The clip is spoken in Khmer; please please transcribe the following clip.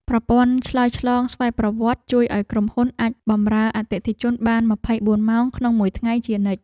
ប្រព័ន្ធឆ្លើយឆ្លងស្វ័យប្រវត្តិជួយឱ្យក្រុមហ៊ុនអាចបម្រើអតិថិជនបានម្ភៃបួនម៉ោងក្នុងមួយថ្ងៃជានិច្ច។